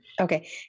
Okay